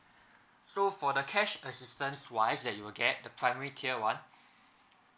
so for the cash assistance wise that you will get the primary tier one